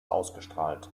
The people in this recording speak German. ausgestrahlt